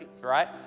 right